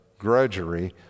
grudgery